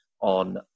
on